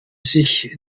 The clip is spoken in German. sich